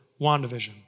WandaVision